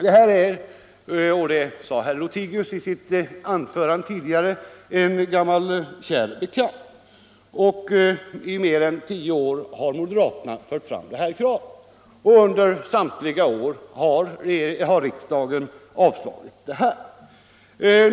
Det här kravet är, som herr Lothigius tidigare sade, en gammal kär bekant; i mer än tio år har moderaterna fört fram det, och samtliga år har riksdagen avslagit det.